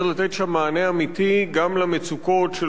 גם למצוקות של אותם מבקשי חיים מאפריקה